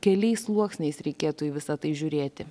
keliais sluoksniais reikėtų į visa tai žiūrėti